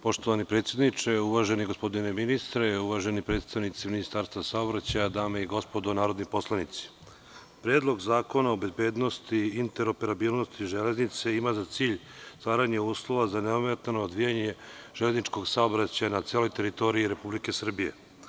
Poštovani predsedniče, uvaženi gospodine ministre, uvaženi predstavnici Ministarstva saobraćaja, dame i gospodo narodni poslanici, Predlog zakona o bezbednosti i interoperabilnosti železnice ima za cilj stvaranje uslova za neometano odvijanje železničkog saobraćaja na celoj teritorij Republike Srbije.